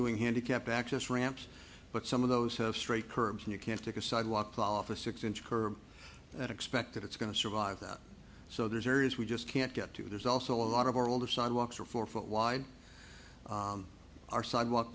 doing handicapped access ramps but some of those have straight curves and you can take a sidewalk fall off a six inch curb and expect that it's going to survive that so there's areas we just can't get to there's also a lot of our older sidewalks are four foot wide our sidewalk